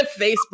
Facebook